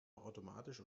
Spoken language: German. automatisch